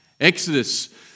Exodus